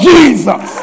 Jesus